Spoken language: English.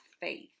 faith